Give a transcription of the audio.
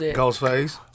Ghostface